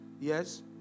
yes